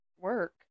work